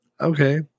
okay